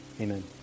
Amen